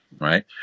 right